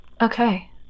okay